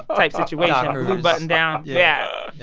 type situation. dockers. blue button-down. yeah.